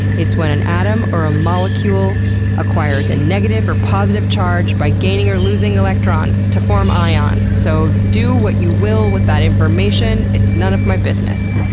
it's when an atom or a molecule acquires a and negative or positive charge by gaining or losing electrons to form ions. so, do what you will with that information. it's none of my business.